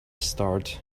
start